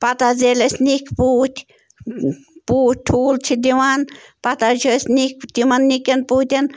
پتہٕ حظ ییٚلہِ اَسہِ نِکۍ پوٗتۍ پوٗتۍ ٹھوٗل چھِ دِوان پتہٕ حظ چھِ أسۍ نِکۍ تِمَن نِکٮ۪ن پوٗتٮ۪ن